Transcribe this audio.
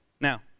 Now